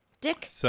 Dick